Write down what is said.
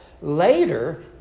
Later